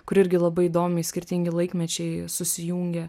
kur irgi labai įdomiai skirtingi laikmečiai susijungia